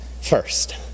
first